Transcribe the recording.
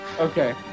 Okay